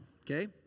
okay